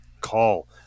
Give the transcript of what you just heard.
call